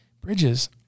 Bridges